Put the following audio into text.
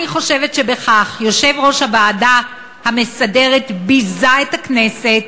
אני חושבת שבכך יושב-ראש הוועדה המסדרת ביזה את הכנסת,